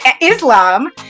Islam